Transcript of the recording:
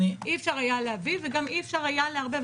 אי אפשר היה להביא וגם אי אפשר היה לערבב.